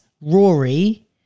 Rory